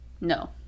no